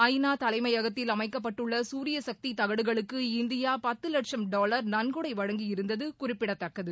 ஐ நா தலைமையகத்தில் அமைக்கப்பட்டுள்ள சூரியசக்தி தகடுகளுக்கு இந்தியா பத்து லட்சம் டாலர் நன்கொடை வழங்கியிருந்தது குறிப்பிடத்தக்கது